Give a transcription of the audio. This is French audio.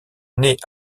naît